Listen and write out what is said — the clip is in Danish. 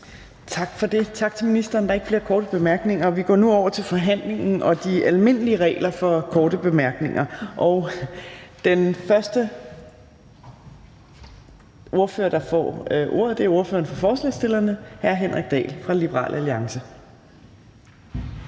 Torp): Tak til ministeren. Der er ikke flere korte bemærkninger. Vi går nu over til forhandlingen og de almindelige regler for korte bemærkninger. Den første ordfører, der får ordet, er ordføreren for forespørgerne, hr. Henrik Dahl fra Liberal Alliance.